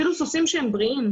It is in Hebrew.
אפילו סוסים שהם בריאים,